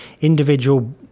individual